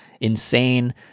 insane